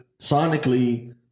sonically